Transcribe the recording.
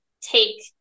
take